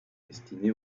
destinés